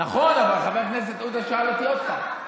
נכון, אבל חבר הכנסת עודה שאל אותי עוד פעם.